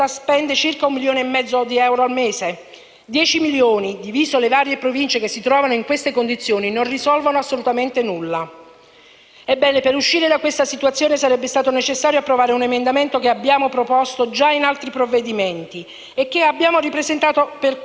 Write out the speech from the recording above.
Ebbene, per uscire da questa situazione sarebbe stato necessario approvare un emendamento, che abbiamo proposto già in occasione di altri provvedimenti e che abbiamo ripresentato per il decreto-legge in esame, con il quale si intende esonerare dal pagamento del contributo annuale le Province che hanno dichiarato il dissesto finanziario al 31 dicembre 2015.